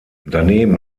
daneben